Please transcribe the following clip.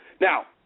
Now